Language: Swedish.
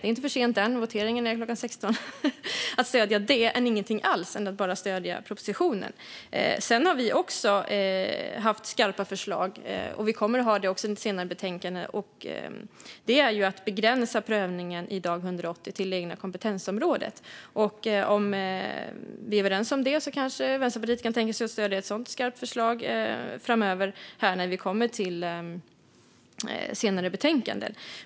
Det är inte för sent - voteringen är klockan 16. Det är bättre att stödja det än ingenting alls eller propositionen. Vi har också haft skarpa förslag, och vi kommer att ha det i kommande betänkanden. Det handlar om att begränsa prövningen vid dag 180 till det egna kompetensområdet. Om vi är överens om det kanske Vänsterpartiet kan tänka sig att stödja ett sådant skarpt förslag framöver i ett kommande betänkande.